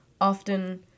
often